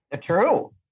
True